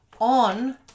on